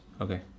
Okay